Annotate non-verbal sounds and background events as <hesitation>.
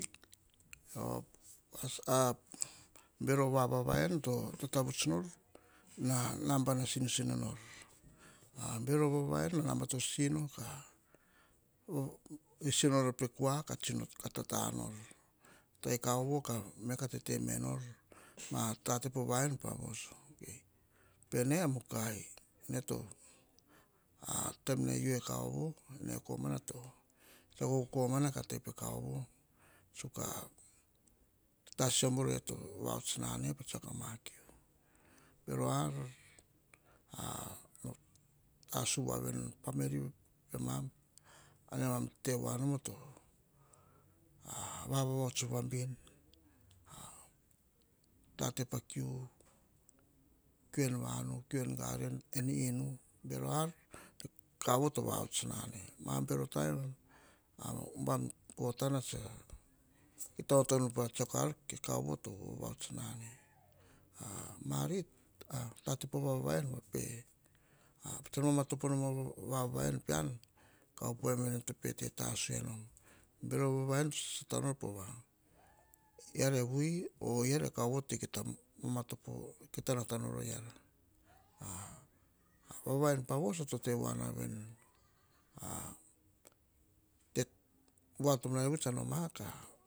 <hesitation> bero vava en to tatavuts nor, na nabana sisinor. Bero vava en na nabana sisino, sisi nor a pe kor ka nao tete menor pe kaovo pene a mukai, <hesitation> taem ne iu e kaovo ka tsiako komana ka nao kata e kaovo ko tsino vaots anane pa tsiako a ma kiu. Ka tasu voa veni veni pemam te vono ma ko vaots nane pa tsaiko ama kiu bero ar ne tasu voa veni veni pemam pa ne mam te woa noma pa vavaots woa veni. Tate pa kiu kiu ama kiu en vau en inu bero ar kiu en vanu en inu noro ar kaovo to vaots na ne ma bero nan u bam potana ubam potana tsene muka ta onoto nu pa tsiako ar ke kaovo to vaots na ne marit tate po vava en patsan matopo u nom ovavaen pean ka op wa em vani tsa pe te tasu enom bero vava en to sa sata nor po ve ara e viu or eara e kaovo to mukai ta nata mora era e kaovo to mukai ta nata nora era vava en ppa vo so tote voana veni.